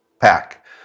pack